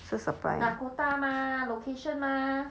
so surprise